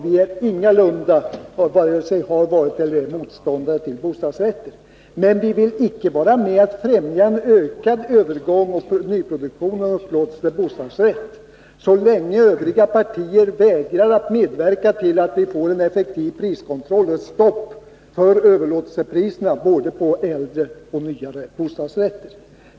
Vi har ingalunda varit och vi är inte heller nu motståndare till bostadsrätt, men vi vill icke vara med om att främja en ökad övergång till upplåtelse med bostadsrätt för nyproduktionen så länge Övriga partier vägrar att medverka till att vi får en effektiv priskontroll och ett stopp för överlåtelsepriserna på både äldre och nyare bostadsrätter.